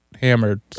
hammered